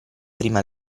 prima